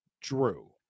drew